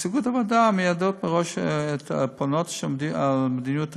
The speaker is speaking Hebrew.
נציגות הוועדה מיידעות מראש את הפונות על מדיניות הוועדה,